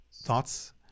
thoughts